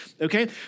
Okay